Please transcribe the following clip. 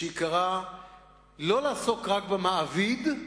שעיקרה לא לעסוק רק במעביד,